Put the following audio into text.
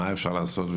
מה אפשר לעשות,